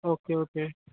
okay okay